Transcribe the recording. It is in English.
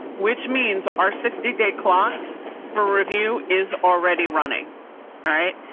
which means but our sixty day clock for review is already running right?